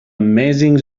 amazing